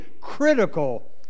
critical